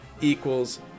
equals